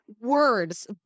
words